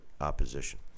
opposition